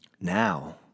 now